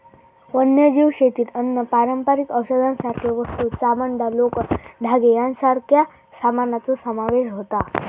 वन्यजीव शेतीत अन्न, पारंपारिक औषधांसारखे वस्तू, चामडां, लोकर, धागे यांच्यासारख्या सामानाचो समावेश होता